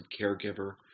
caregiver